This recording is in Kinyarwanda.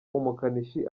umukanishi